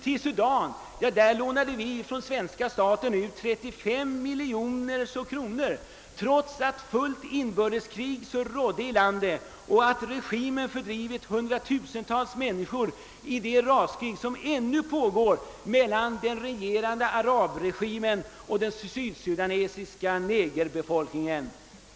Till Sudan lånade svenska staten ut 35 miljoner kronor, trots att fullt inbördeskrig rådde i landet och trots att regimen fördrivit tusentals människor i det raskrig som ännu pågår mellan den regerande arabregimen och den sydsudanesiska negerbefolkningen.